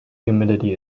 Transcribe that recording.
humidity